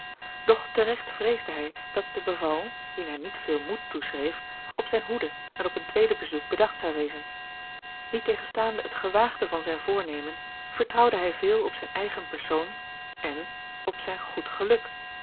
te regt vreesde hij dat de beval wien hij niet veel moed toeschreef op zijne hoede en op een tweede bezoek bedacht zou wezen niettegenstaande het gewaagde van zijn voornemen vertrouwde hij veel op zijn eigen persoon en op zijn goed geluk